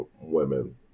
women